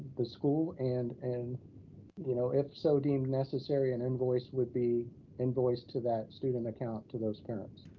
the school, and and you know if so deemed necessary, an invoice would be invoiced to that student account, to those parents.